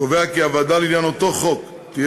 קובע כי הוועדה לעניין אותו חוק תהיה